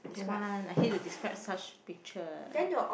don't want I hate to describe such picture